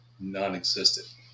non-existent